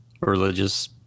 religious